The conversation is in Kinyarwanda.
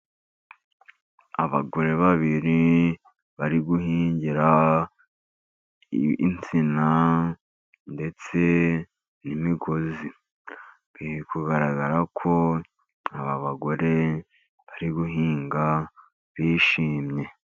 Abagore babiri bari guhingira insina, ndetse n'imigozi. Biri kugaragara ko aba bagore bari guhinga bishimye.